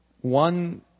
one